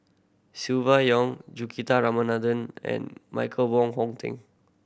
Silvia Yong Juthika Ramanathan and Michael Wong Hong Teng